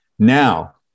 Now